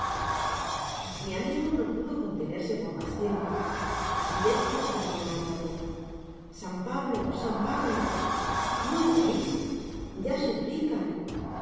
mi amigo no pudo contenerse por mas tiempo asi es que esclamó en alta voz san pablo san pablo no lo veis ya suplican